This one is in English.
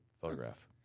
photograph